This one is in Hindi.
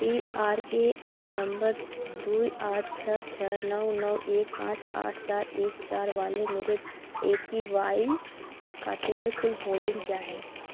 P R A N number दो आठ छः छः नौ नौ एक पाँच आठ चार एक चार वाले मेरे ए पी वाई खाते में कुल होल्डिंग क्या है